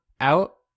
out